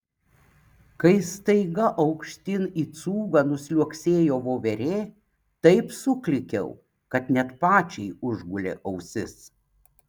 kai staiga aukštyn į cūgą nuliuoksėjo voverė taip suklykiau kad net pačiai užgulė ausis